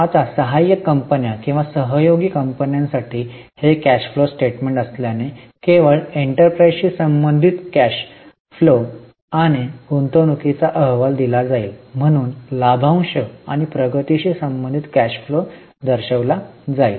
आता सहाय्यक कंपन्या किंवा सहयोगी कंपन्यांसाठी हे कॅश फ्लो स्टेटमेंट असल्याने केवळ एंटरप्राइझशी संबंधित कॅश फ्लो आणि गुंतवणूकीचा अहवाल दिला जाईल म्हणून लाभांश आणि प्रगतीशी संबंधित कॅश फ्लो दर्शविला जाईल